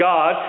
God